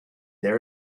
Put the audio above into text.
there